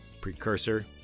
precursor